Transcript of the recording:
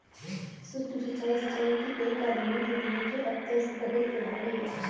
सूक्ष्म सिंचाई, सिंचाई की एक आधुनिक विधि है जो अब तक बहुत प्रभावी है